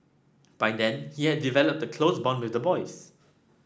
by then he had developed a close bond with the boys